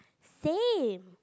same